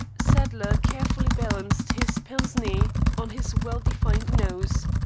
sadler carefully balanced his pince-nez on his well-defined nose,